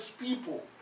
people